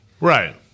Right